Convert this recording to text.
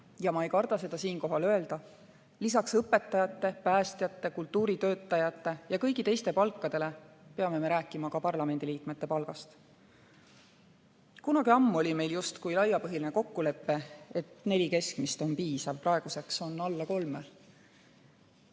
ja ma ei karda seda siinkohal öelda –, lisaks õpetajate, päästjate, kultuuritöötajate ja kõigi teiste palkadele peame me rääkima ka parlamendiliikmete palgast. Kunagi ammu oli meil justkui laiapõhjaline kokkulepe, et neli keskmist [Eesti palka] on piisav. Praegu on alla kolme.